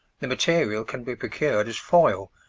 the material can be procured as foil,